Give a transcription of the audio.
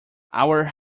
our